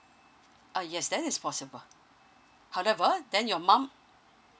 uh yes that is possible then your mum